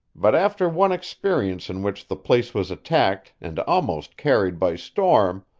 but after one experience in which the place was attacked and almost carried by storm,